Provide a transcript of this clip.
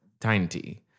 tiny